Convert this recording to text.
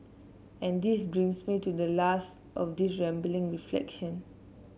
and this brings me to the last of these rambling reflection